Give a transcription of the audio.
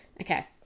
Okay